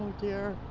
dear.